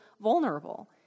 vulnerable